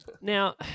Now